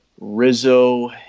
Rizzo